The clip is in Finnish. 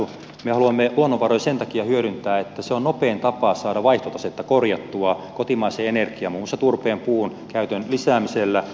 me haluamme luonnonvaroja sen takia hyödyntää että se on nopein tapa saada vaihtotasetta korjattua kotimaisen energian muun muassa turpeen puun käytön lisäämisellä